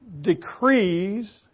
decrees